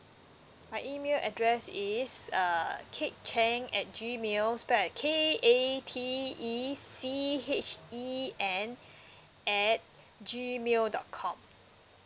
my email address is err kate chen at G mail spelled like K A T E C H E N at G mail dot com